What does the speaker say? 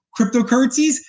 cryptocurrencies